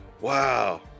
Wow